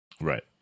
Right